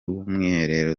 w’umwiherero